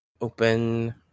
Open